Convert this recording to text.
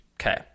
Okay